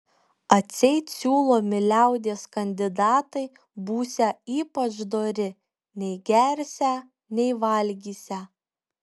atseit siūlomi liaudies kandidatai būsią ypač dori nei gersią nei valgysią